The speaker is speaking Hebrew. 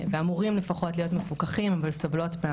אמורים לפחות להיות מפוקחים על ידי המדינה,